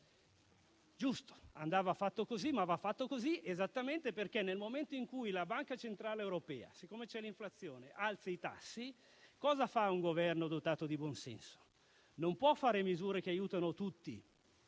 Giusto, e andava fatto così. E va fatto così esattamente perché, nel momento in cui la Banca centrale europea, data l'inflazione, alza i tassi, cosa fa un Governo dotato di buon senso? Non può fare misure che aiutano tutti,